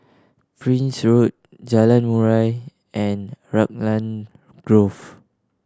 Prince Road Jalan Murai and Raglan Grove